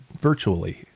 virtually